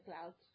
clouds